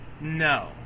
No